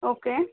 okay